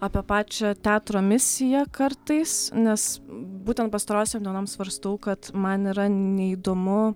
apie pačią teatro misiją kartais nes būtent pastarosiom dienoms svarstau kad man yra neįdomu